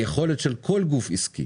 היכולת של כל גוף עסקי